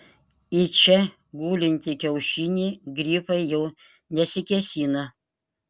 į čia gulintį kiaušinį grifai jau nesikėsina